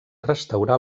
restaurar